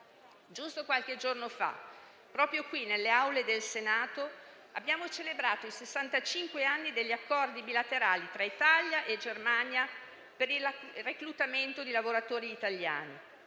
Giusto qualche giorno fa proprio qui, nelle aule del Senato, abbiamo celebrato i sessantacinque anni degli Accordi bilaterali tra Italia e Germania per il reclutamento di lavoratori italiani;